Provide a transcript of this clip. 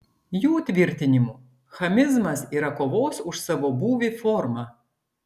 jų tvirtinimu chamizmas yra kovos už savo būvį forma